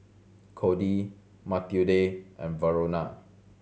Cody Mathilde and Verona